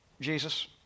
Jesus